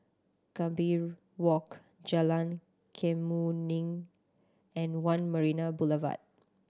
Gambir Walk Jalan Kemuning and One Marina Boulevard